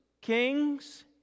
kings